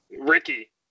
Ricky